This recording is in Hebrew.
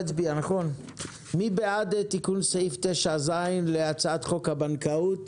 מי בעד תיקון סעיף 9ז להצעת חוק הבנקאות?